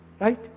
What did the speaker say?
right